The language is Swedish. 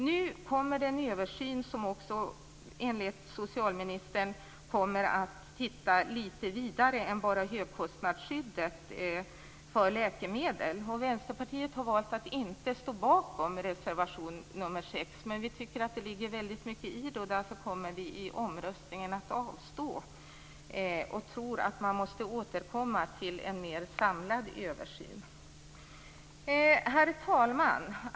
Nu kommer det en översyn som enligt socialministern kommer att titta lite vidare än bara till högkostnadsskyddet för läkemedel. Vänsterpartiet har valt att inte stå bakom reservation nr 6, men vi tycker att det ligger väldigt mycket i det, och därför kommer vi att avstå i omröstningen. Vi tror att man måste återkomma med en mer samlad översyn. Herr talman!